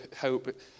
hope